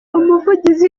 umuvugizi